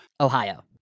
Ohio